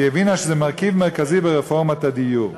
כי היא הבינה שזה מרכיב מרכזי ברפורמת הדיור.